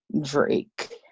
Drake